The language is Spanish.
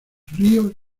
ríos